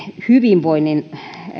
hyvinvoinnin